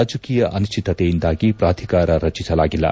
ರಾಜಕೀಯ ಅನಿಶ್ಚಿತತೆಯಿಂದಾಗಿ ಪ್ರಾಧಿಕಾರ ರಚಿಸಲಾಗಿಲ್ಲ